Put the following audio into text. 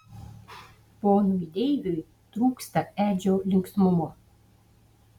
ponui deiviui trūksta edžio linksmumo